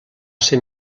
ser